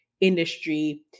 industry